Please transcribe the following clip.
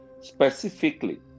specifically